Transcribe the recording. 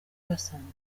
basanzwe